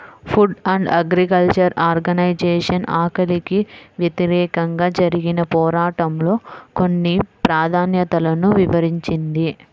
food and agriculture organization ఆకలికి వ్యతిరేకంగా జరిగిన పోరాటంలో కొన్ని ప్రాధాన్యతలను వివరించింది